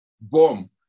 Boom